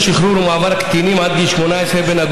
תודה רבה לחבר הכנסת איתן כבל.